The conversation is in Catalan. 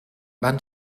van